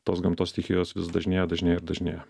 tos gamtos stichijos vis dažnėja dažnėja ir dažnėja